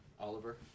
Oliver